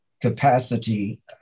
capacity